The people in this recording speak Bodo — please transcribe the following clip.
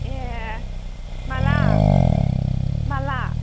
ए माब्ला माब्ला